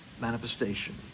manifestation